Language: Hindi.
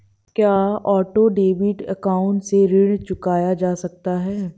क्या ऑटो डेबिट अकाउंट से ऋण चुकाया जा सकता है?